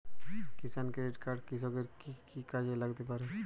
কিষান credit card কৃষকের কি কি কাজে লাগতে পারে?